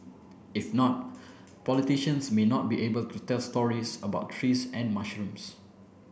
if not politicians may not be able to tell stories about trees and mushrooms